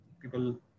people